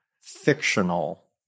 fictional